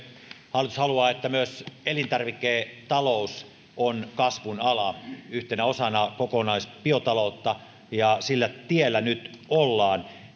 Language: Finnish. hallitus haluaa että myös elintarviketalous on kasvun ala yhtenä osana kokonaisbiotaloutta ja sillä tiellä nyt ollaan